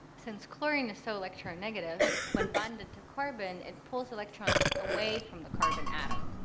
since chlorine is so electronegative, when bonded to carbon it pulls electrons away from the carbon atom.